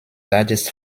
largest